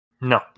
No